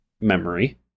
memory